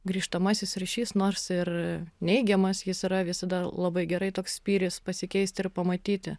grįžtamasis ryšys nors ir neigiamas jis yra visada labai gerai toks spyris pasikeisti ir pamatyti